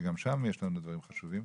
שגם שם יש לנו דברים חשובים,